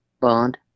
bond